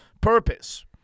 purpose